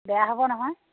বেয়া হ'ব নহয়